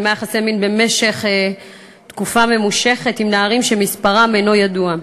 קיימה יחסי מין במשך תקופה ממושכת עם נערים שמספרם אינו ידוע.